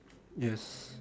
yes